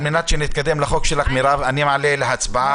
על מנת שנתקדם לחוק שלך, מרב, אני מעלה להצבעה.